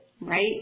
right